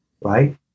right